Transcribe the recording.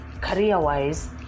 career-wise